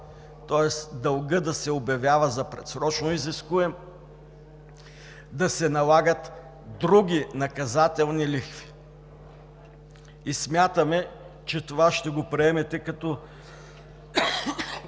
Тоест дългът да се обявява за предсрочно изискуем, да се налагат други наказателни лихви и смятаме, че това ще го приемете като